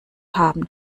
haben